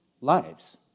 lives